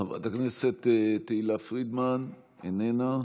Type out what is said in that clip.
חברת הכנסת תהלה פרידמן, איננה,